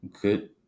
good